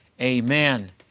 Amen